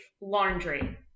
laundry